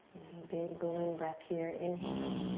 big balloon breath here, inhale.